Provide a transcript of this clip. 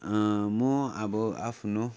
म अब आफ्नो